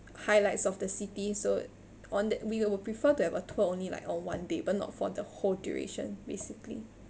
highlights of the city so on that we would prefer to have a tour only like on one day but not for the whole duration basically